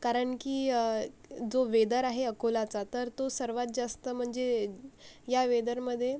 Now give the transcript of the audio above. कारन की जो वेदर आहे अकोलाचा तर तो सर्वात जास्त मनजे या वेदरमदे